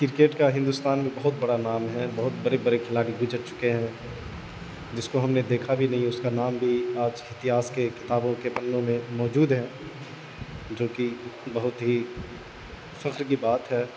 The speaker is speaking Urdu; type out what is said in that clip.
کرکٹ کا ہندوستان میں بہت بڑا نام ہے بہت بڑے بڑے کھلاڑی گذر چکے ہیں جس کو ہم نے دیکھا بھی نہیں اس کا نام بھی آج اتیہاس کے کتابوں کے پنوں میں موجود ہے جو کہ بہت ہی فخر کی بات ہے